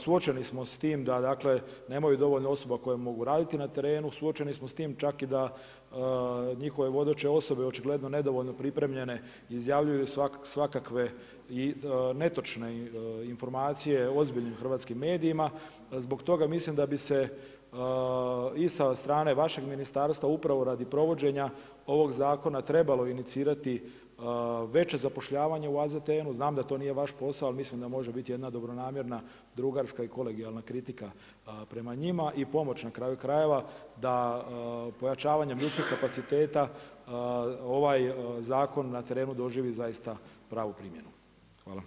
Suočeni smo s tim da nemaju dovoljno osoba koje mogu raditi na terenu, suočeni smo s tim da čak i da njihove vodeće osobe očigledno nedovoljno pripremljene izjavljuju svakakve netočne informacije u ozbiljnim hrvatskim medijima, zbog toga mislim da bi se i sa strane vašeg ministarstva upravo radi provođenja ovoga zakona trebalo inicirati veće zapošljavanje u AZTN-u, znam da to nije vaš posao ali mislim da može biti jedna dobronamjerna, drugarska i kolegijalna kritika prema njima i pomoć na kraju krajeva da pojačavanjem ljudskih kapaciteta ovaj zakon na terenu doživi pravu primjenu.